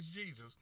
Jesus